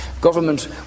Government